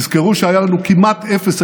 תזכרו שהיה לנו כמעט אפס,